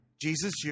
Jesus